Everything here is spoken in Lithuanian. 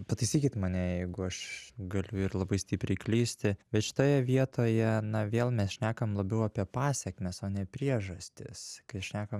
pataisykit mane jeigu aš galiu ir labai stipriai klysti bet šitoje vietoje na vėl mes šnekam labiau apie pasekmes o ne priežastis kai šnekam